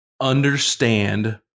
Understand